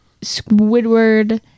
Squidward